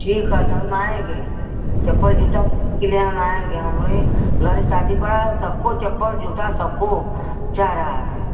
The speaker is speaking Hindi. ठीक है तो हम आएँगे चप्पल जूता लेने के लिए हम आएँगे हमें घर में शादी पड़ी है सबको चप्पल जूता सबको चाह रहा है